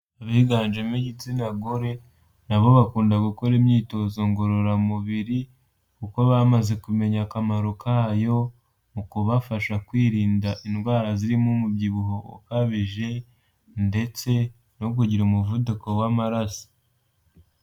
Abiganjemo igitsina gore, na bo bakunda gukora imyitozo ngororamubiri, kuko bamaze kumenya akamaro kayo, mu kubafasha kwirinda indwara zirimo umubyibuho ukabije, ndetse no kugira umuvuduko w'amaraso.